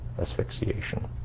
asphyxiation